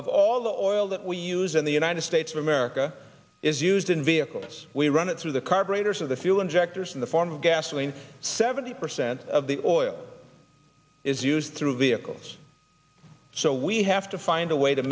of all the oil that we use in the united states of america is used in vehicles we run it through the carburetors of the fuel injectors in the form of gasoline seventy percent of the oil is used through vehicles so we have to find a way to